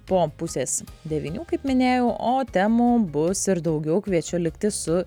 po pusės devynių kaip minėjau o temų bus ir daugiau kviečiu likti su